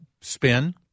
spin